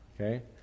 Okay